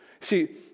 See